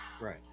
right